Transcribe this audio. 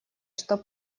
что